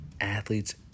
athletes